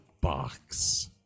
box